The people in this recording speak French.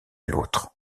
l’autre